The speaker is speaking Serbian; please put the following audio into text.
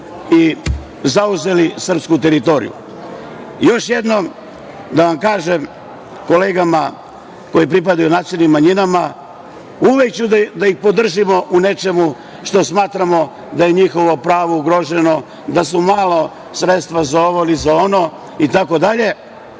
i zauzeli srpsku teritoriju. Još jednom da kažem kolegama koji pripadaju nacionalnim manjinama, uvek ćemo da ih podržimo u nečemu što smatramo da je njihovo pravo ugroženo, da su mala sredstva za ono ili ovo itd, ali